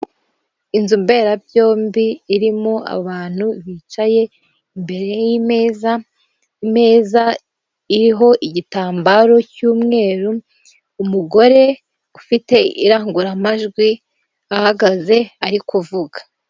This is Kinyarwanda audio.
Inzu mberabyombi irimo abantu bicaye imbere y'imeza, imeza iriho igitambaro cy'umweru umugore ufite irangururamajwi ahagaze ari kuvuga.